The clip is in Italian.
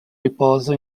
riposo